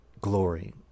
glory